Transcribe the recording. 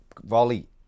volley